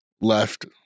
left